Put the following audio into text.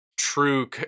true